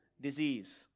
disease